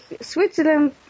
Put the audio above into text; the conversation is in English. Switzerland